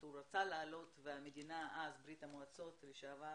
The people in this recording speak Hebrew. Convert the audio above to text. הוא רצה לעלות והמדינה אז, ברית המועצות לשעבר,